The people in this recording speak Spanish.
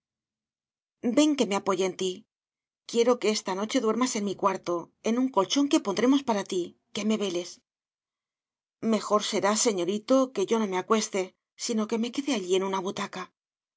ven que me apoye en ti quiero que esta noche duermas en mi cuarto en un colchón que pondremos para ti que me veles mejor será señorito que yo no me acueste sino que me quede allí en una butaca